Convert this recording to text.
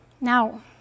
Now